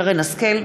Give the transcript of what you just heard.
שרן השכל,